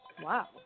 Wow